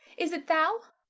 is it thou?